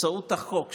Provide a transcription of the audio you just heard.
באמצעות החוק שלה,